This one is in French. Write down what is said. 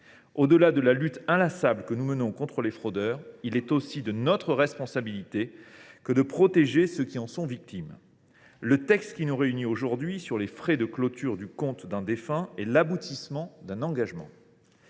Au delà de la lutte inlassable que nous menons contre les fraudeurs,… Bravo !… il est aussi de notre responsabilité de protéger ceux qui en sont victimes. Le texte qui nous réunit aujourd’hui sur les frais de clôture du compte d’un défunt est l’aboutissement d’un engagement,